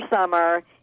summer